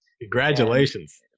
Congratulations